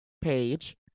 page